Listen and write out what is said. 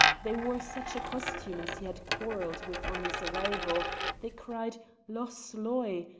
they wore such a costume as he had quarrelled with on his arrival they cried loch sloy!